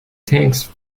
tanks